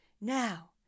now